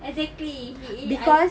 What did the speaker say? exactly he is